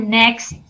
next